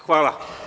Hvala.